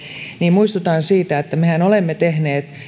niin muistutan siitä että mehän olemme tehneet